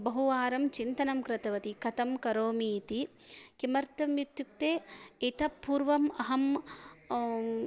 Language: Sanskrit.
बहुवारं चिन्तनं कृतवती कथं करोमि इति किमर्थम् इत्युक्ते इतःपूर्वम् अहम्